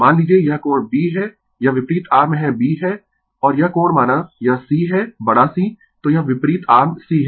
मान लीजिए यह कोण B है यह विपरीत आर्म है b है और यह कोण माना यह C है बड़ा C तो यह विपरीत आर्म C है